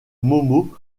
momo